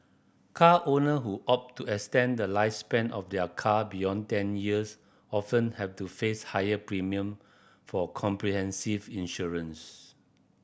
car owner who opt to extend the lifespan of their car beyond ten years often have to face higher premium for comprehensive insurance